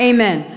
Amen